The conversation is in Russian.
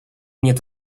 нет